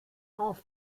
auf